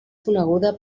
coneguda